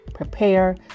Prepare